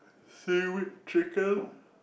seaweed chicken